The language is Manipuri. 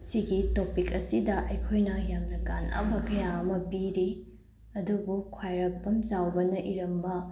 ꯁꯤꯒꯤ ꯇꯣꯄꯤꯛ ꯑꯁꯤꯗ ꯑꯩꯈꯣꯏꯅ ꯌꯥꯝꯅ ꯀꯥꯟꯅꯕ ꯀꯌꯥ ꯑꯃ ꯄꯤꯔꯤ ꯑꯗꯨꯕꯨ ꯈ꯭ꯋꯥꯏꯔꯥꯛꯄꯝ ꯆꯥꯎꯕꯅ ꯏꯔꯝꯕ